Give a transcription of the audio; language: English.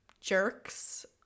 jerks